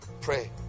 Pray